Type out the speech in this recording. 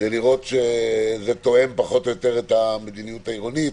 כדי לראות שזה תואם פחות או יותר את המדיניות העירונית,